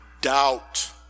doubt